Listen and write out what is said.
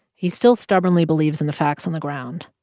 he's still stubbornly believes in the facts on the ground.